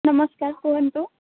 ନମସ୍କାର କୁହନ୍ତୁ